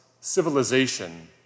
civilization